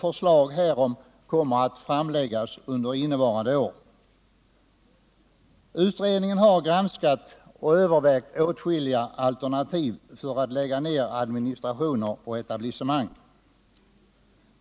Förslag härom kommer att framläggas innevarande år. Utredningen har granskat och övervägt åtskilliga alternativ för att lägga ner administrationer och etablissemang.